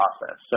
process